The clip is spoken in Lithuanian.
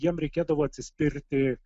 jiem reikėdavo atsispirti